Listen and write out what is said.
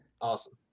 Awesome